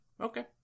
okay